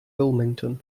wilmington